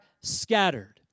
scattered